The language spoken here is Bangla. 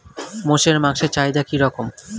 মোষের মাংসের চাহিদা কি রকম?